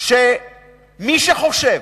שמי שחושב